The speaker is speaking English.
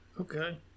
Okay